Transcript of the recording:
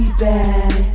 bad